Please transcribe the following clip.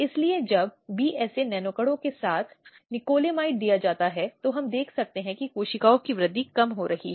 इसलिए यह बहुत महत्वपूर्ण है कि महिला क्या चाहती है